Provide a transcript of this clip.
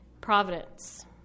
Providence